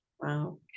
wow